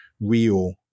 real